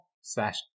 slash